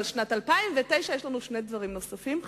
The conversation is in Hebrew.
אבל בשנת 2009 יש לנו שני דברים חשובים נוספים,